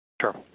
Sure